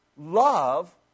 love